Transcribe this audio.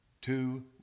two